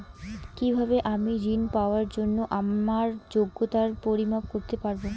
কিভাবে আমি ঋন পাওয়ার জন্য আমার যোগ্যতার পরিমাপ করতে পারব?